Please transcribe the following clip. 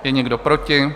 Je někdo proti?